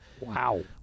Wow